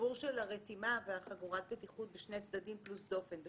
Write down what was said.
הסיפור של הרתימה וחגורת הבטיחות בשני צדדים פלוס דופן,